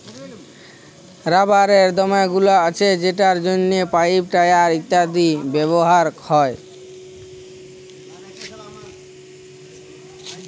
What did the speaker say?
রাবারের দমে গুল্ আছে যেটর জ্যনহে পাইপ, টায়ার ইত্যাদিতে ব্যাভার হ্যয়